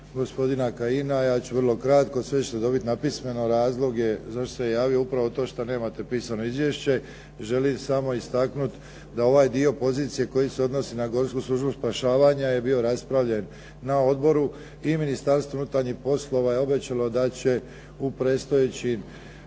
gospodina Kajina ja ću vrlo kratko. Sve ćete dobiti napismeno, razloge zašto sam se javio, upravo to što nemate pisano izvješće. Želim samo istaknuti da ovaj dio pozicije koji se odnosi na Gorsku službu spašavanja je bio raspravljen na odboru i Ministarstvo unutarnjih poslova je obećalo da će u predstojećim